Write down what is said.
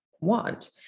want